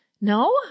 No